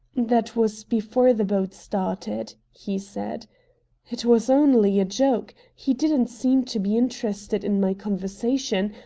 that was before the boat started, he said it was only a joke. he didn't seem to be interested in my conversation,